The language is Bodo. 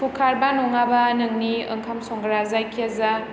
कुकार बा नङाबा नोंनि ओंखाम संग्रा जायखिया जा